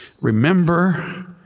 Remember